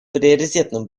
приоритетным